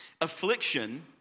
affliction